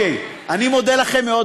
אני מודה לכם מאוד,